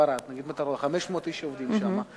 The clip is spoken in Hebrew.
בערד, 500 איש עובדים שם.